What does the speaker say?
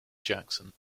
jackson